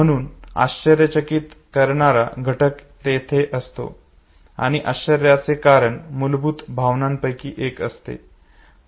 म्हणून आश्चर्यचकित करणारा घटक येथे असतो आणि आश्चर्याचे कारण मूलभूत भावनांपैकी एक असते